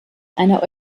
einer